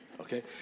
okay